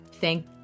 Thank